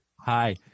Hi